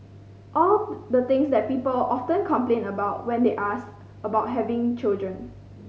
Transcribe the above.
all the things that people often complain about when they asked about having children